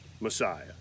Messiah